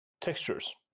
textures